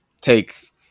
take